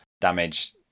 damage